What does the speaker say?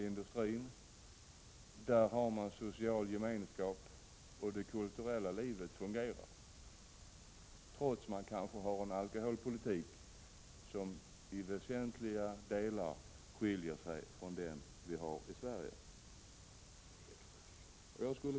I dessa länder har man social gemenskap, och det kulturella livet fungerar, trots att man i dessa länder kanske har en alkoholpolitik som i väsentliga delar skiljer sig från den vi har i Sverige. Fru talman!